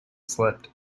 slipped